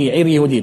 שהיא עיר יהודית.